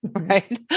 Right